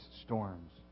storms